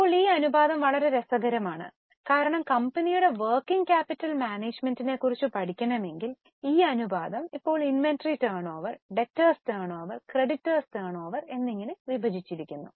ഇപ്പോൾ ഈ അനുപാതം വളരെ രസകരമാണ് കാരണം കമ്പനിയുടെ വർക്കിങ് ക്യാപിറ്റൽ മാനേജ്മെന്റിനെക്കുറിച്ച് പഠിക്കണമെങ്കിൽ ഈ അനുപാതം ഇപ്പോൾ inventory turnover debtors turnover creditors turnover എന്നിങ്ങനെ വിഭജിച്ചിരിക്കുന്നു